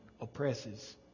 oppresses